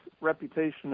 reputation